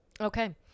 Okay